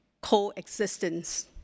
coexistence